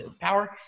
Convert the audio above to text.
power